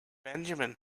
benjamin